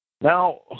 Now